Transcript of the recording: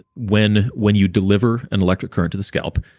when when you deliver an electric current to the scalp,